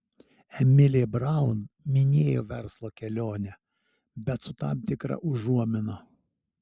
emilė braun minėjo verslo kelionę bet su tam tikra užuomina